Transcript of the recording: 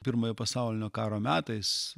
pirmojo pasaulinio karo metais